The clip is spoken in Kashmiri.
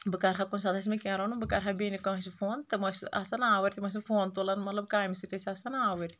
بہٕ کر ہا کُنہِ ساتہٕ آسہِ ہا مےٚ کینٛہہ رنُن بہٕ کرہا بیٚنہِ کٲنٛسہِ فون تِم ٲسۍ آسان آوٕرۍ تِم ٲسۍ نہٕ فون تُلان مطلب کامہِ سۭتۍ ٲسۍ آسان آوٕرۍ